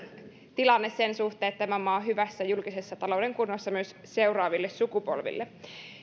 tilanne sen suhteen että tämä maa on hyvässä julkisen talouden kunnossa myös seuraaville sukupolville